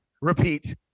Repeat